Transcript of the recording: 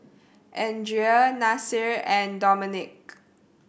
Andria Nasir and Dominick